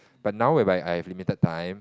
but now whereby I've limited time